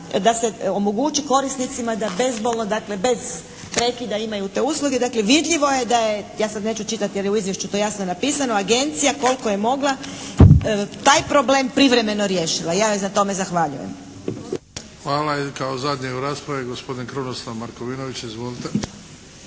da se omogući korisnicima da bezbolno, bez prekida imaju te usluge. Vidljivo je da je, ja sad neću čitati jer je u izvješću to jasno napisano, agencija koliko je mogla taj problem privremeno riješila. Ja joj na tome zahvaljujem. **Bebić, Luka (HDZ)** Hvala. I kao zadnji u raspravi gospodin Krunoslav Markovinović. Izvolite!